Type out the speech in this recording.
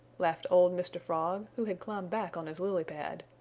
laughed old mr. frog, who had climbed back on his lily pad.